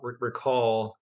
recall